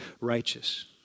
righteous